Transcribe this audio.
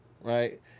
right